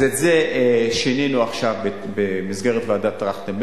אז את זה שינינו עכשיו במסגרת ועדת-טרכטנברג,